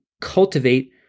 cultivate